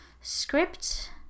script